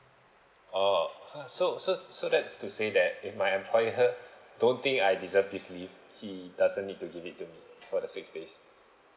oh so so so that's to say that if my employer don't think I deserve this leave he doesn't need to give it to me for the six days